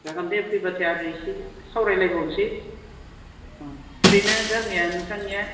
जागोन दे फैबाथाय आरो इसि सावरायलायबावसै ओरैनो गामिया नोंथांनिया